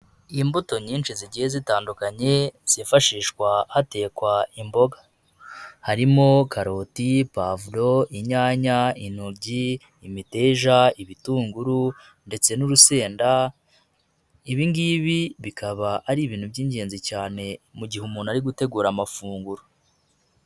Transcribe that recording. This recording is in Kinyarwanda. Imbuto nyinshi zigiye zitandukanye, zifashishwa hatekwa imboga, harimo karoti, pavuro inyanya, intobyi, imiteja, ibitunguru ndetse n'urusenda, ibi ngibi bikaba ari ibintu by'ingenzi cyane mu gihe umuntu ari gutegura amafunguro.